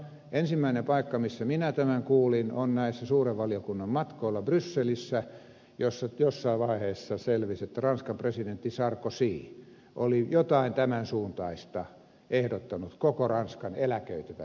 ensimmäinen paikka missä minä tämän kuulin oli näillä suuren valiokunnan matkoilla brysselissä jossa jossain vaiheessa selvisi että ranskan presidentti sarkozy oli jotain tämän suuntaista ehdottanut koko ranskan eläköityvälle väestölle